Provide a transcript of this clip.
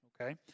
Okay